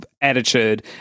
attitude